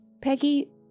Peggy